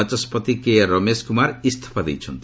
ବାଚସ୍କତି କେଆର୍ ରମେଶ କୁମାର ଇସ୍ତଫା ଦେଇଛନ୍ତି